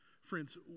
Friends